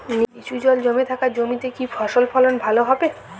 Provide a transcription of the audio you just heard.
নিচু জল জমে থাকা জমিতে কি ফসল ফলন ভালো হবে?